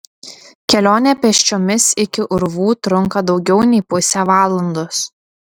kelionė pėsčiomis iki urvų trunka daugiau nei pusę valandos